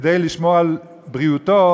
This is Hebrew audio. כדי לשמור על בריאותו,